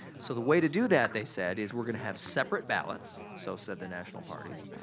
so, the way to do that, they said is we're gonna have separate ballots, so said the national parties.